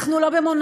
אנחנו לא במונרכיה,